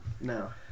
no